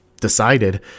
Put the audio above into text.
decided